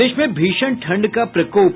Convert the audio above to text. प्रदेश में भीषण ठंड का प्रकोप